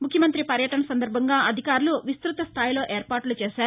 ముఖ్యమంత్రి పర్యటన సందర్భంగా అధికారులు విస్తృతస్థాయిలో ఏర్పాట్లు చేశారు